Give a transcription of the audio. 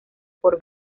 por